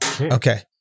Okay